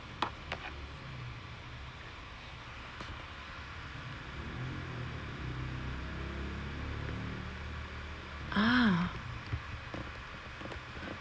ah